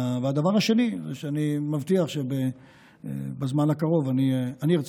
הדבר השני הוא שאני מבטיח שבזמן הקרוב אני ארצה